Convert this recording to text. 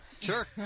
Sure